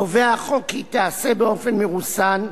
קובע החוק כי היא תיעשה באופן מרוסן,